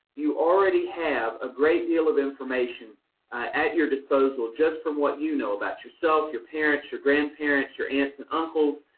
you already have a great deal of information at your disposal, just from what you know about yourself, your parents, your grandparents, your aunts and uncles,